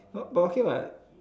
b~ but okay what